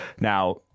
Now